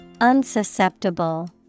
Unsusceptible